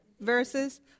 verses